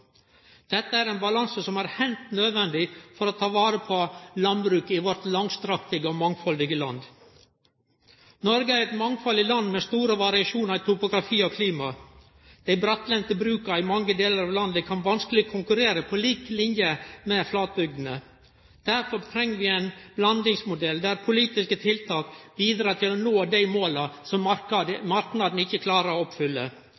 Dette er ein balanse som er heilt nødvendig for å ta vare på landbruket i vårt langstrakte og mangfaldige land. Noreg er eit mangfaldig land med store variasjonar i topografi og klima. Dei brattlendte bruka i mange delar av landet kan vanskeleg konkurrere på lik line med flatbygdene. Derfor treng vi ein blandingsmodell der politiske tiltak bidreg til å nå dei måla som marknaden ikkje klarar å oppfylle.